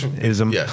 Ism